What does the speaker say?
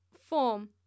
Form